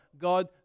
God